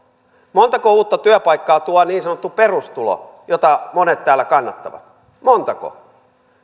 montako uutta työpaikkaa tuo niin sanottu perustulo jota monet täällä kannattavat montako